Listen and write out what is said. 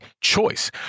choice